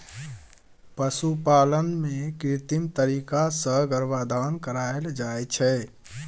पशुपालन मे कृत्रिम तरीका सँ गर्भाधान कराएल जाइ छै